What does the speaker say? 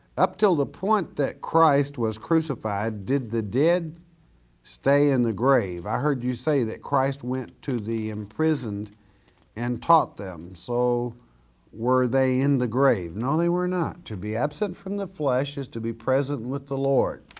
up to the point that christ was crucified, did the dead stay in the grave? i heard you say that christ went to the imprisoned and taught them, so were they in the grave? no they were not. to be absent from the flesh is to be present with the lord.